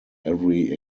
every